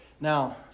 Now